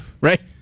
right